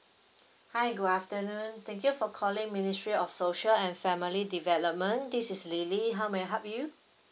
hi good afternoon thank you for calling ministry of social and family development this is lily how may I help you